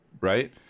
right